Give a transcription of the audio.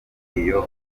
iyo